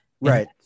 right